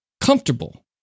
comfortable